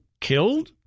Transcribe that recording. killed